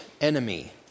enemy